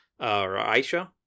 Aisha